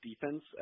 defense